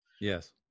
Yes